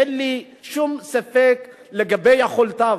אין לי שום ספק לגבי יכולותיו.